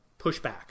pushback